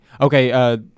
okay